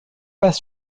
pas